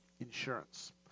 Insurance